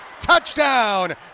Touchdown